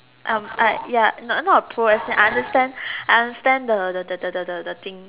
ya not not a Pro as in I understand I understand the the the the the the thing